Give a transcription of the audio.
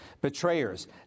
betrayers